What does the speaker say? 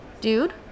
Dude